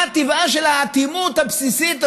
מה טבעה של האטימות הבסיסית הזאת,